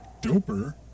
Doper